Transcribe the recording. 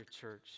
church